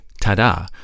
ta-da